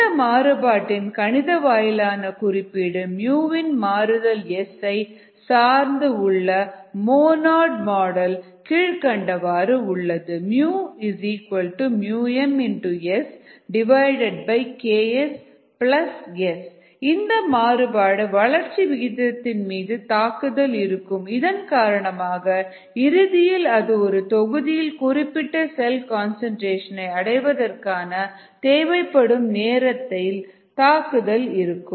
இந்த மாறுபாட்டின் கணித வாயிலான குறிப்பீடு வின் மாறுதல் S ஐ சார்ந்து உள்ள மோநாடு மாடல் கீழ்கண்டவாறு உள்ளது mSKsS இந்த மாறுபாடு வளர்ச்சி விகிதத்தின் மீது தாக்குதல் இருக்கும் இதன் காரணமாக இறுதியில் அது ஒரு தொகுதியில் குறிப்பிட்ட செல் கன்சன்ட்ரேஷன் ஐ அடைவதற்காக தேவைப்படும் நேரத்தில் தாக்குதல் இருக்கும்